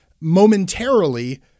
momentarily